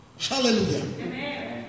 Hallelujah